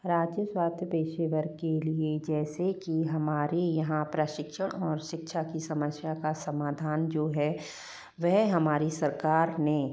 राज्य स्वास्थ्य पेशेवर के लिए जैसे कि हमारे यहाँ प्रशिक्षण और शिक्षा की समस्या का समाधान जो है वह हमारी सरकार ने